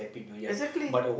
exactly